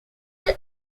air